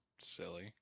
silly